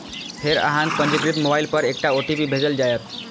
फेर अहांक पंजीकृत मोबाइल पर एकटा ओ.टी.पी भेजल जाएत